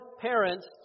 parents